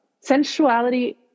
Sensuality